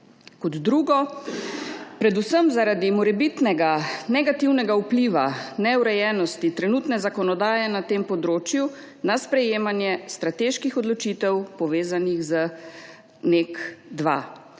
Kot drugo. Predvsem zaradi morebitnega negativnega vpliva, neurejenosti trenutne zakonodaje na tem področju nesprejemanje strateških odločitev, povezanih z NEK 2.